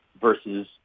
versus